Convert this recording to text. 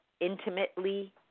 intimately